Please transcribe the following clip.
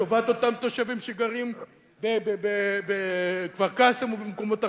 לטובת אותם תושבים שגרים בכפר-קאסם ובמקומות אחרים,